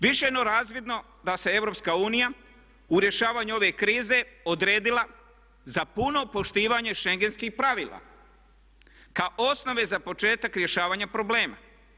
Više je no razvidno da se EU u rješavanju ove krize odredila za puno poštivanje schengenskih pravila kao osnove za početak rješavanja problema.